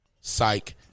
Psych